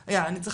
אני שמח